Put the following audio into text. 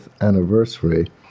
anniversary